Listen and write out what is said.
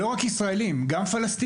לא רק ישראלים, גם פלסטינים,